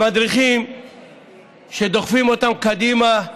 המדריכים שדוחפים אותם קדימה,